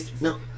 No